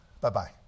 Bye-bye